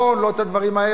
לא את הדברים האלה.